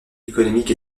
économique